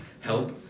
help